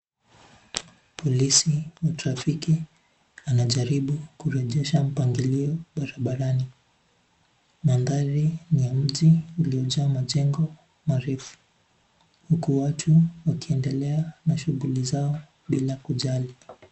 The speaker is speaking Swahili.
Polisi wa trafiki anajaribu kurejesha mpangilio barabarani. Mandhari ni ya mji uliojaa majengo marefu. Huku watu wakiendelea na shughuli zao bila kujali.